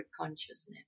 consciousness